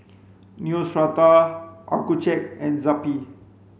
Neostrata Accucheck and Zappy